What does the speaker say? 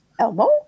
Elmo